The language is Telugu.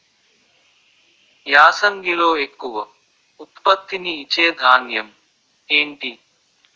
యాసంగిలో ఎక్కువ ఉత్పత్తిని ఇచే ధాన్యం ఏంటి?